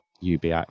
UBI